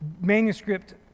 manuscript